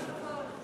כל הכבוד.